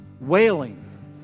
wailing